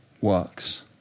works